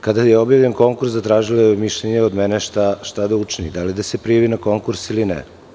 Kada je objavljen konkurs, zatražio je mišljenje od mene šta da učini, da li da se prijavi na konkurs ili ne.